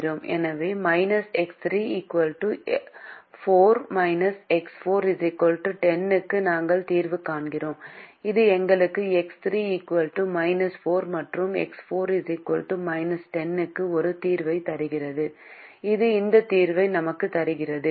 எனவே X3 4 X4 10 க்கு நாங்கள் தீர்வு காண்கிறோம் இது எங்களுக்கு X3 4 மற்றும் X4 10 க்கு ஒரு தீர்வைத் தருகிறது இது இந்த தீர்வை நமக்குத் தருகிறது